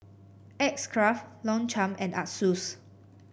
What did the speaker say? X Craft Longchamp and Asus